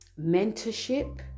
mentorship